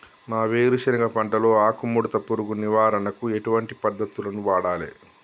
మా వేరుశెనగ పంటలో ఆకుముడత పురుగు నివారణకు ఎటువంటి పద్దతులను వాడాలే?